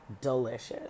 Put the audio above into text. delicious